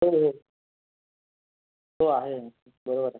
हो हो हो आहे बराेबरआहे